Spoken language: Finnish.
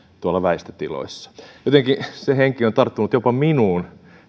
tuolla väistötiloissa jotenkin se henki on tarttunut jopa minuun